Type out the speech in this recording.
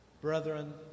Brethren